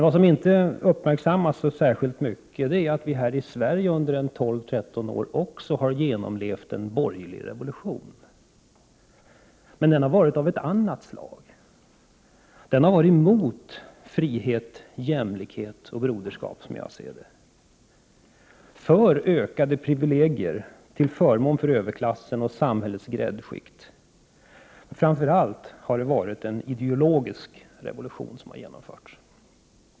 Vad som inte uppmärksammats särskilt mycket är att också vi här i Sverige under tolv tretton år har genomlevt en borgerlig revolution. Men den har varit av annat slag. Den har varit mot frihet, jämlikhet och broderskap, som jag ser saken, och för ökade privilegier till förmån för överklassen och samhällets ”gräddskikt”. Men framför allt är det en ideologisk revolution 59 som har genomförts.